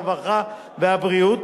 הרווחה והבריאות,